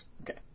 Okay